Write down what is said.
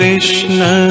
Krishna